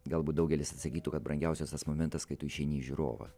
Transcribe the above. galbūt daugelis atsakytų kad brangiausias tas momentas kai tu išeini į žiūrovą